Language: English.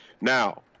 now